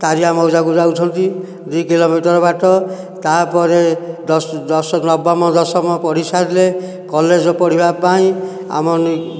ତାରିଆ ମଉଜାକୁ ଯାଉଛନ୍ତି ଦୁଇ କିଲୋମିଟର ବାଟ ତାପରେ ନବମ ଦଶମ ପଢ଼ି ସାରିଲେ କଲେଜ ପଢ଼ିବା ପାଇଁ ଆମ ନି